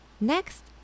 next